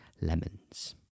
Lemons